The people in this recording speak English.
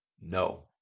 No